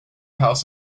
house